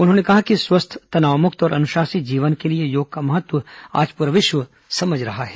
उन्होंने कहा कि स्वस्थ तनावमुक्त और अनुशासित जीवन के लिए योग का महत्व आज प्रा विश्व समझ रहा है